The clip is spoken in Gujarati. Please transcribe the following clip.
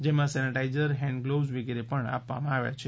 જેમાં સેનેટાઈઝર હેન્ડ ગ્લોઝ વિગેરે પણ આપવામાં આવ્યું છે